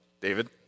David